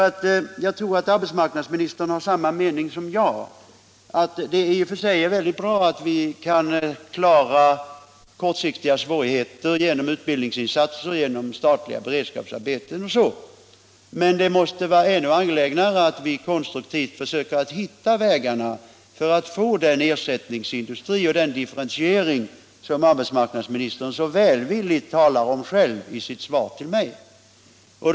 Jag tror nämligen att arbetsmarknadsministern har samma mening som jag, att det i och för sig är väldigt bra att vi kan klara kortsiktiga svårigheter genom utbildningsinsatser, statliga beredskapsarbeten osv., men att det måste vara ännu angelägnare att vi konstruktivt försöker hitta vägarna för att få den ersättningsindustri och den differentiering som arbetsmarknadsministern själv så välvilligt talar om i sitt svar till mig.